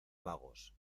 magos